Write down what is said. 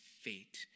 fate